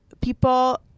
people